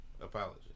apology